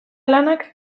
lanak